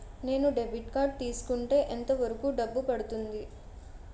నేను debit card తీసుకుంటే ఎంత వరకు డబ్బు పడుతుంది?